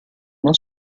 una